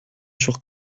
sur